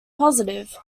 positive